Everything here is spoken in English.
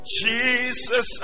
Jesus